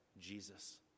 Jesus